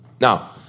Now